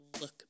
look